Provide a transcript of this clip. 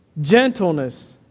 gentleness